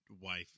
wife